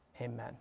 Amen